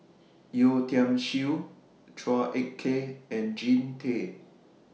Yeo Tiam Siew Chua Ek Kay and Jean Tay